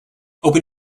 open